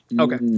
Okay